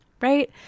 right